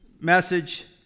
message